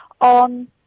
on